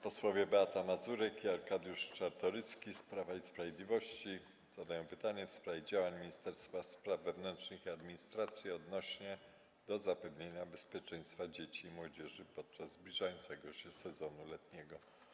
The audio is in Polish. Posłowie Beata Mazurek i Arkadiusz Czartoryski z Prawa i Sprawiedliwości zadają pytanie w sprawie działań Ministerstwa Spraw Wewnętrznych i Administracji odnośnie do zapewnienia bezpieczeństwa dzieci i młodzieży podczas zbliżającego się sezonu letniego.